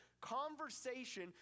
conversation